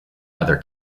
other